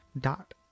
dot